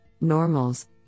normals